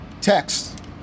text